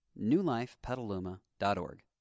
newlifepetaluma.org